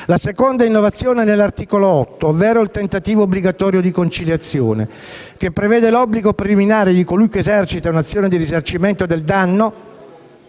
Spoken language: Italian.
La seconda innovazione è contenuta nell'articolo 8, ovvero il tentativo obbligatorio di conciliazione che prevede l'obbligo preliminare di colui che esercita un'azione di risarcimento del danno